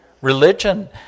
Religion